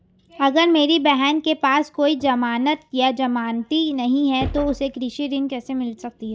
अगर मेरी बहन के पास कोई जमानत या जमानती नहीं है तो उसे कृषि ऋण कैसे मिल सकता है?